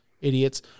Idiots